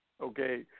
okay